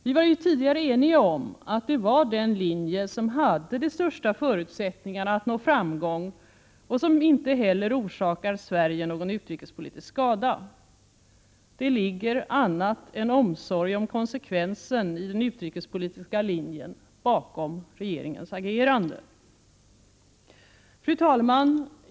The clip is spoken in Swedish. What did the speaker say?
Vi var jutidigare eniga om att det var denna linje som hade de största förutsättningarna att nå framgång och som inte heller skulle orsaka Sverige någon utrikespolitisk skada. Det ligger annat än omsorg om konsekvensen i den utrikespolitiska linjen bakom regeringens agerande. Fru talman!